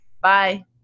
Bye